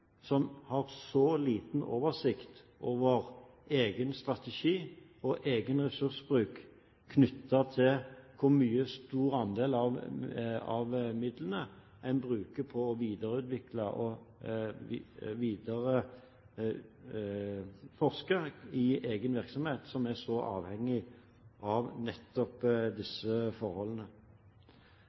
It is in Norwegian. som har så liten oversikt over egen strategi og egen ressursbruk knyttet til hvor stor andel av midlene en bruker på å videreutvikle og forske i egen virksomhet – som er så avhengig av nettopp disse forholdene.